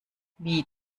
wie